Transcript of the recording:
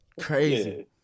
Crazy